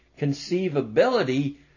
conceivability